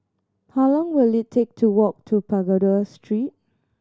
how long will it take to walk to Pagoda Street